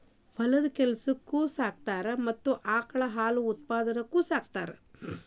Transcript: ಹೊಲದ ಕೆಲಸಕ್ಕು ಸಾಕತಾರ ಮತ್ತ ಆಕಳದ ಹಾಲು ಹಾಲಿನ ಉತ್ಪನ್ನಕ್ಕು ಸಾಕತಾರ